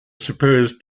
supposed